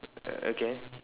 okay